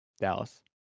Dallas